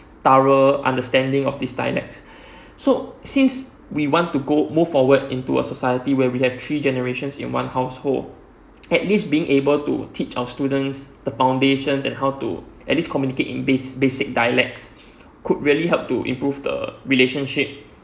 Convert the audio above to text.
thorough understanding of these dialects so since we want to go move forward into a society where we have three generations in one household at least being able to teach our students the foundation and how to at least communicate in ba~ basic dialects could really help to improve the relationship